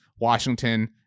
washington